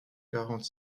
quarante